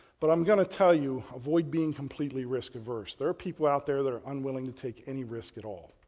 but i'm going to tell you, avoid being completely risk averse. there are people out there that are unwilling to take any risk at all,